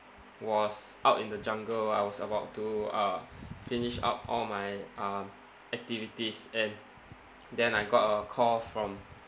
was out in the jungle I was about to uh finish up all my um activities and then I got a call from